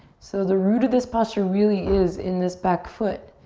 so the root of this posture really is in this back foot.